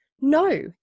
No